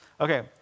okay